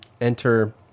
enter